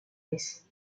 vez